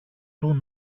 του